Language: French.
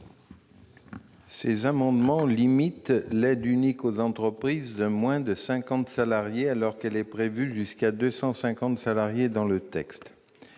Ces amendements visent à limiter l'aide unique aux entreprises de moins de 50 salariés, alors qu'elle est prévue jusqu'à 250 salariés par le texte.